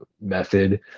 method